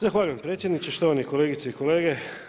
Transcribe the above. Zahvaljujem predsjedniče, štovane kolegice i kolege.